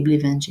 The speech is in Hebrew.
גיבלי ואנשיהם.